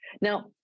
Now